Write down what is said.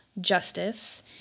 justice